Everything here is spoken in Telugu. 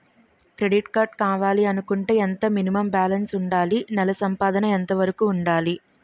క్రెడిట్ కార్డ్ కావాలి అనుకుంటే ఎంత మినిమం బాలన్స్ వుందాలి? నెల సంపాదన ఎంతవరకు వుండాలి?